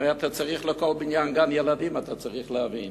הרי אתה צריך לכל בניין גן-ילדים, אתה צריך להבין.